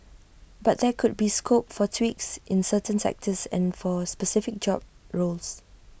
but there could be scope for tweaks in certain sectors and for specific job roles